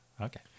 okay